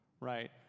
right